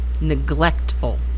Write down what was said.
neglectful